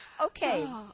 Okay